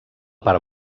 part